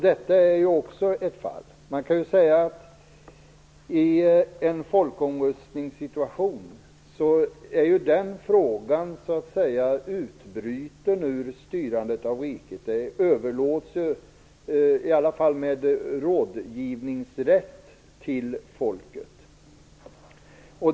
Det är också ett fall. I en folkomröstningssituation är den frågan utbruten ur styrandet av riket. Den överlåts, i alla fall med rådgivnings rätt, till folket.